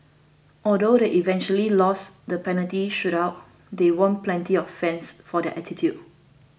although they eventually lost the penalty shootout they won plenty of fans for their attitude